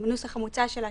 בנוסח המוצע שלה,